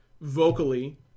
vocally